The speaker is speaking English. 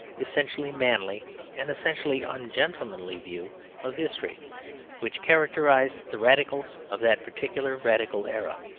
essentially manly and essentially ungentlemanly view of history which characterised the radicals of that particular radical era.